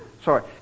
Sorry